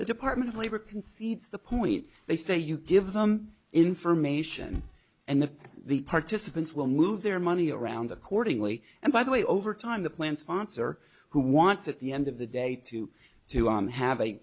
the department of labor concedes the point they say you give them information and then the participants will move their money around accordingly and by the way over time the plan sponsor who wants at the end of the day to to on have a